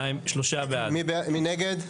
מי נגד?